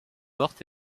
mortes